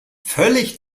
völlig